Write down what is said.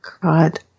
God